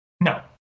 no